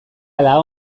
ala